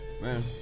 man